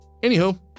Anywho